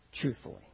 truthfully